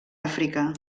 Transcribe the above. àfrica